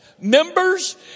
members